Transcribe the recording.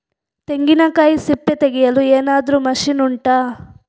ತೆಂಗಿನಕಾಯಿ ಸಿಪ್ಪೆ ತೆಗೆಯಲು ಏನಾದ್ರೂ ಮಷೀನ್ ಉಂಟಾ